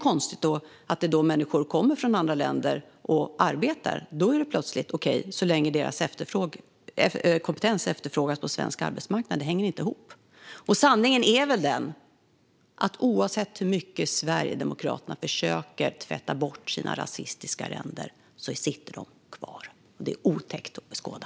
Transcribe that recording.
Men när människor kommer från andra länder och arbetar är det plötsligt okej, så länge deras kompetens efterfrågas på svensk arbetsmarknad. Det hänger inte ihop. Sanningen är den att oavsett hur mycket Sverigedemokraterna försöker tvätta bort sina rasistiska ränder sitter de kvar - och det är otäckt att beskåda.